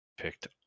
picked